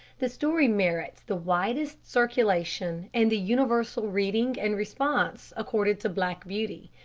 the story merits the widest circulation, and the universal reading and response accorded to black beauty.